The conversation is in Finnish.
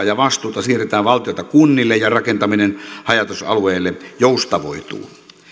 ja vastuuta siirretään valtiolta kunnille ja rakentaminen haja asutusalueille joustavoituu